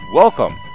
Welcome